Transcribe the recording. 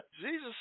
Jesus